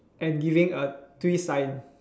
and giving a twist sign